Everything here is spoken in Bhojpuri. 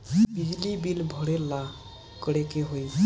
बिजली बिल भरेला का करे के होई?